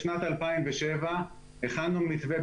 בשנת 2007 הכנו מתווה,